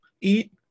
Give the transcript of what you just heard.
eat